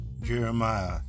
Jeremiah